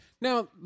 Now